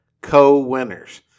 co-winners